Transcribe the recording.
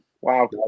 Wow